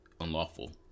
unlawful